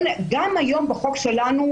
גם היום בחוק שלנו,